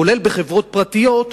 כולל בחברות פרטיות,